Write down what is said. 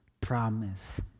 promise